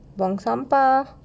buang sampah